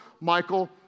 Michael